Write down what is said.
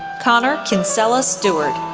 conor kinsella stewart,